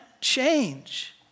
change